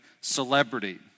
celebrity